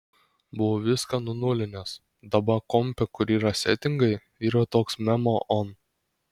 buvau viską nunulinęs daba kompe kur yra setingai yra toks memo on